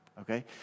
okay